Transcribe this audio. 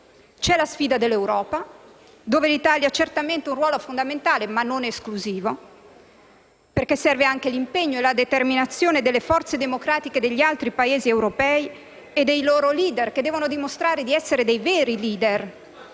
la sfida dell'Europa, dove l'Italia ha certamente un ruolo fondamentale, ma non esclusivo, perché serve anche l'impegno e la determinazione delle forze democratiche degli altri Paesi europei e dei loro *leader*, che devono dimostrare di essere dei veri *leader*